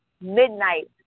midnight